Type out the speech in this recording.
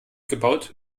gebaut